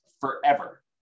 forever